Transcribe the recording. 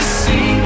see